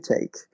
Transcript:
take